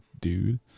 dude